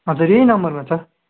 हजुर यही नम्बरमा छ